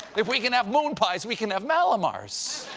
if we can have moon pies, we can have mallomars.